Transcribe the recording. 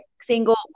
single